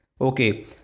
okay